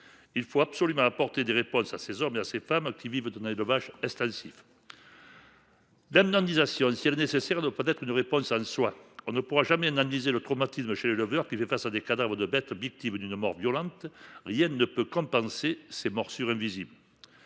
Il faut absolument apporter des réponses à ces hommes et à ces femmes qui vivent de l’élevage extensif. L’indemnisation, si elle est nécessaire, ne doit pas être une réponse en soi. On ne pourra jamais indemniser le traumatisme de l’éleveur qui fait face à des cadavres de bêtes victimes d’une mort violente. Rien ne peut compenser ces morsures invisibles.